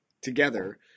together